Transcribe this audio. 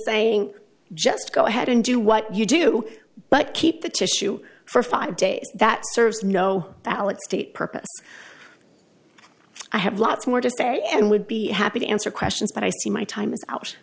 saying just go ahead and do what you do but keep the tissue for five days that serves no valid state purpose i have lots more to stay and would be happy to answer questions but i see my time i